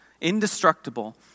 indestructible